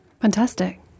Fantastic